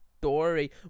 story